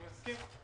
אני מסכים.